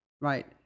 right